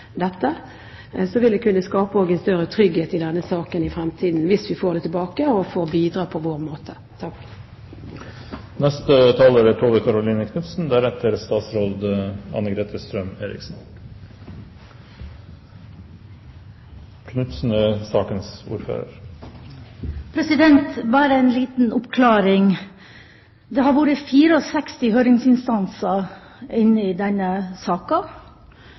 det kunne skape større trygghet i denne saken i fremtiden hvis vi får den tilbake og får bidra på vår måte. Bare en liten oppklaring: Det har vært 64 høringsinstanser i denne saken. Det har i dag hørtes ut som at de fleste av disse går mot Regjeringas forslag. Det